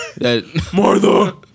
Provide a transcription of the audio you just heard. Martha